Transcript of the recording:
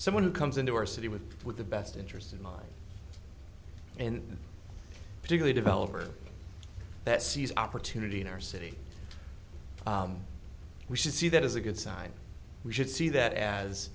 someone who comes into our city with with the best interest of mine in particular a developer that sees opportunity in our city we see that as a good sign we should see that as